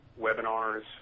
webinars